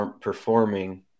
performing